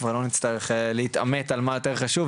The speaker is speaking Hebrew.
כבר לא נצטרך להתעמת על מה יותר חשוב,